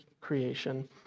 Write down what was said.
creation